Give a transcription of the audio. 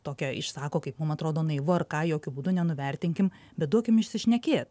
tokią išsako kaip mum atrodo naivu ar ką jokiu būdu nenuvertinkim bet duokim išsišnekėt